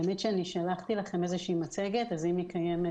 אני שלחתי לכם איזושהי מצגת ואם היא קיימת,